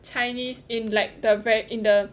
chinese in like the very in the